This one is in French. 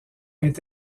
est